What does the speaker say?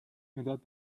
مداد